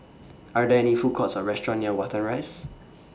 Are There any Food Courts Or restaurants near Watten Rise